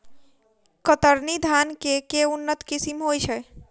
कतरनी धान केँ के उन्नत किसिम होइ छैय?